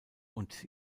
und